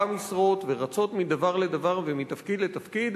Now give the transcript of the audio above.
משרות ורצות מדבר לדבר ומתפקיד לתפקיד,